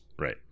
Right